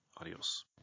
adios